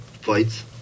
fights –